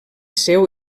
seu